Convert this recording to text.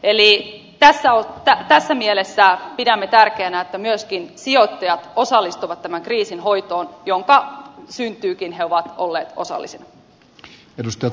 eli tässä mielessä pidämme tärkeänä että myöskin sijoittajat osallistuvat tämän kriisin hoitoon jonka syntyynkin he ovat olleet osallisina